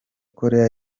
koreya